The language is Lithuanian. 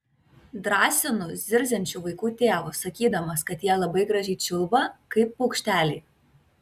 drąsinu zirziančių vaikų tėvus sakydamas kad jie labai gražiai čiulba kaip paukšteliai